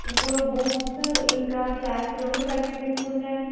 ఇప్పుడు బూట్స్ ఇంకా ఫ్లాట్స్ రెండు కలిపి తీసుకుంటే అండి